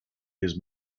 his